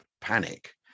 panic